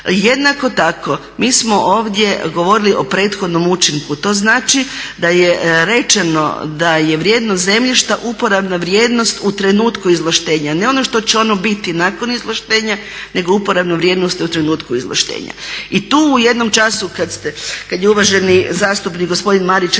Jednako tako mi smo ovdje govorili o prethodnom učinku, to znači da je rečeno da je vrijednost zemljišta uporabna vrijednost u trenutku izvlaštenja. Ne ono što će ono biti nakon izvlaštenja nego uporabna vrijednost u trenutku izvlaštenja. I tu u jednom času kad je uvažen zastupnik gospodin Marić rekao